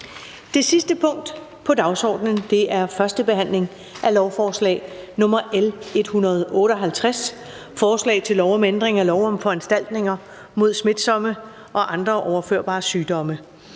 Det sidste punkt på dagsordenen er: 7) 1. behandling af lovforslag nr. L 158: Forslag til lov om ændring af lov om foranstaltninger mod smitsomme og andre overførbare sygdomme.